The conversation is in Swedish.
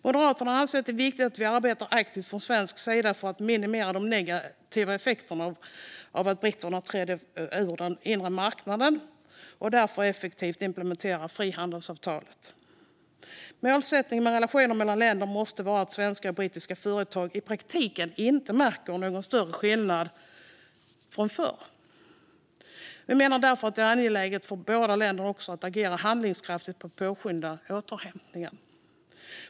Moderaterna anser att det är viktigt att vi arbetar aktivt från svensk sida för att minimera de negativa effekterna av att britterna har trätt ur den inre marknaden och effektivt implementera frihandelsavtalet. Målsättningen för relationen mellan länderna måste vara att svenska och brittiska företag i praktiken inte märker någon större skillnad mot förr. Moderaterna menar därför att det är angeläget för båda länderna att agera handlingskraftigt för att påskynda återhämtningen.